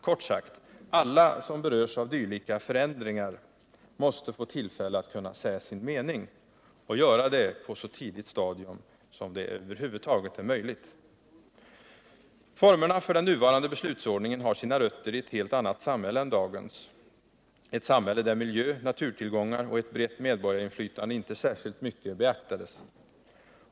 Kort sagt: alla som berörs av dylika förändringar måste få tillfälle att säga sin mening och göra det på ett så tidigt stadium som över huvud taget är möjligt. Formerna för den nuvarande beslutsordningen har sina rötter i ett helt annat samhälle än dagens — ett samhälle där miljö, naturtillgångar och ett brett medborgarinflytande inte särskilt mycket beaktades.